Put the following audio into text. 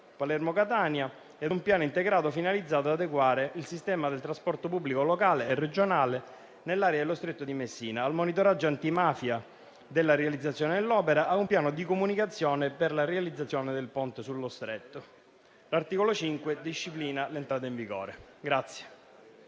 Palermo-Catania, a un piano integrato finalizzato ad adeguare il sistema del trasporto pubblico locale e regionale nell'area dello Stretto di Messina, al monitoraggio antimafia della realizzazione dell'opera e a un piano di comunicazione per la realizzazione del Ponte sullo Stretto. L'articolo 5 disciplina l'entrata in vigore.